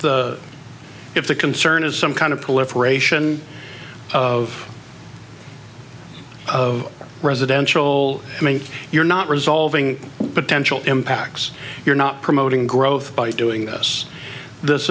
the if the concern is some kind of political ration of of residential i mean you're not resolving potential impacts you're not promoting growth by doing this this